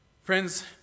Friends